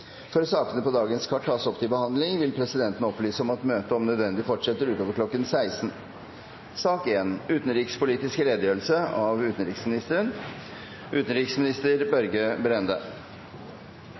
Før sakene på dagens kart tas opp til behandling, vil presidenten opplyse om at møtet om nødvendig fortsetter utover kl. 16. Aldri før har så mange av